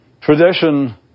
Tradition